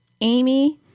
amy